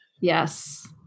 Yes